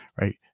Right